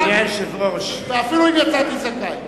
אדוני היושב-ראש, ואפילו אם יצאתי זכאי.